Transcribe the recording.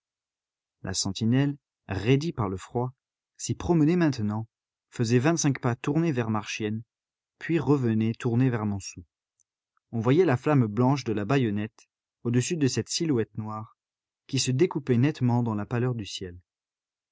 la sentinelle raidie par le froid s'y promenait maintenant faisait vingt-cinq pas tournée vers marchiennes puis revenait tournée vers montsou on voyait la flamme blanche de la baïonnette au-dessus de cette silhouette noire qui se découpait nettement dans la pâleur du ciel